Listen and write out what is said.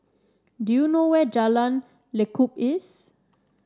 do you know where Jalan Lekub is